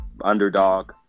underdog